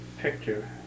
picture